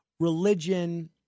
religion